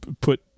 put